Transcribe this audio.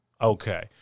Okay